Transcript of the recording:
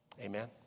Amen